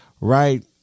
right